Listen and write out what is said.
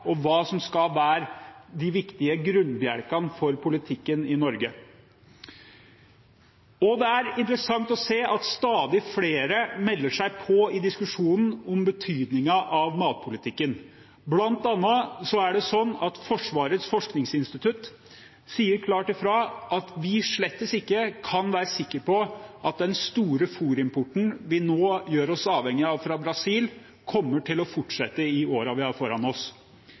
og hva som skal være de viktige grunnbjelkene for politikken i Norge. Det er interessant å se at stadig flere melder seg på i diskusjonen om betydningen av matpolitikken. Blant annet sier Forsvarets forskningsinstitutt klart ifra at vi slett ikke kan være sikre på at den store fôrimporten fra Brasil, som vi nå gjør oss avhengige av, kommer til å fortsette i årene vi har foran oss.